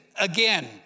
again